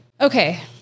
Okay